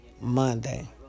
Monday